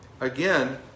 Again